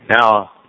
Now